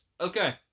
okay